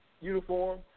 uniform